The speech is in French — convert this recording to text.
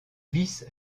vice